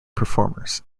performers